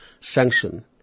sanction